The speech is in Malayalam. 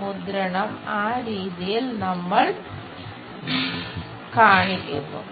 മുദ്രണം ആ രീതിയിൽ നമ്മൾ കാണിക്കുന്നു